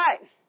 right